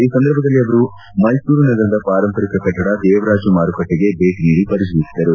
ಈ ಸಂದರ್ಭದಲ್ಲಿ ಅವರು ಮೈಸೂರು ನಗರದ ಪಾರಂಪರಿಕ ಕಟ್ಟಡ ದೇವರಾಜ ಮಾರುಕಟ್ಟಿಗೆ ಭೇಟಿ ನೀಡಿ ಪರಿಶೀಲಿಸಿದರು